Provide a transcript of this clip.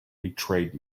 betrayed